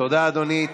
תודה, אדוני.